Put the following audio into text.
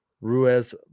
Ruiz